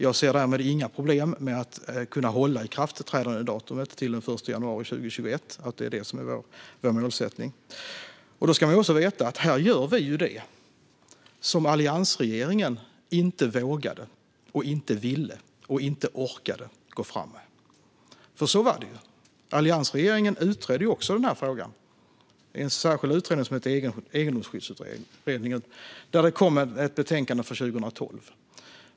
Jag ser därmed inga problem med att kunna hålla ikraftträdandedatumet till den 1 januari 2021, och det är vår målsättning. Då ska man veta att vi gör det som alliansregeringen inte vågade, inte ville och inte orkade gå fram med. Så var det. Alliansregeringen utredde också den här frågan i en särskild utredning som hette Egendomsskyddsutredningen där det kom ett betänkande 2012.